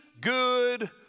good